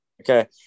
Okay